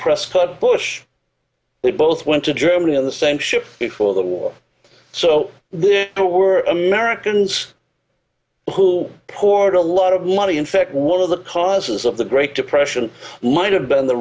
prescott bush we both went to germany in the same ship before the war so there were americans who poured a lot of money in fact one of the causes of the great depression might have been the